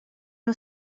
nhw